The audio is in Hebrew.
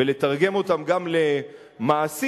ולתרגם אותן גם למעשים,